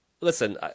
listen